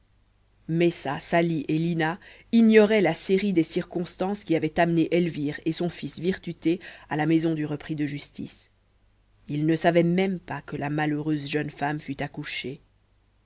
messa sali et lina ignoraient la série des circonstances qui avaient amené elvire et son fils virtuté à la maison du repris de justice ils ne savaient même pas que la malheureuse jeune femme fut accouchée